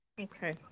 Okay